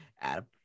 Adam